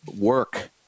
work